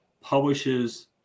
publishes